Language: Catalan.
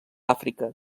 àfrica